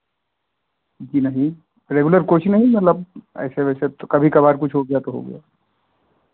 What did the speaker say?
जी नहीं रेगुलर कुछ नहीं मतलब ऐसे वैसे कभी कभार कुछ हो गया तो हो गया